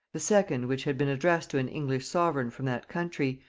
the second which had been addressed to an english sovereign from that country,